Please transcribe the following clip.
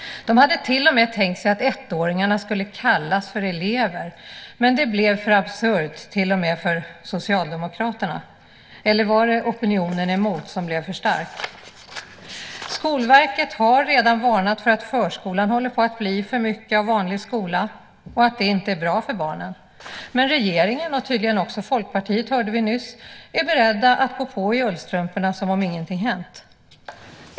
De hade till och med tänkt sig att ettåringarna skulle kallas för elever, men det blev för absurt till och med för Socialdemokraterna. Eller var det opinionen emot som blev för stark? Skolverket har redan varnat för att förskolan håller på att bli för mycket av vanlig skola och att det inte är bra för barnen. Men regeringen och tydligen också Folkpartiet, hörde vi nyss, är beredda att gå på i ullstrumporna som om ingenting hänt.